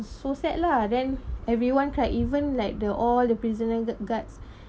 so sad lah then everyone cry even like the all the prisoner gu~ guards